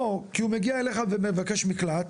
או כי הוא מגיע אליך ומבקש מקלט,